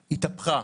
התהפכה.